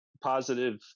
positive